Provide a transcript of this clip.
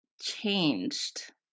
changed